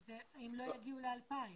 זה אם לא יגיעו ל-2,000.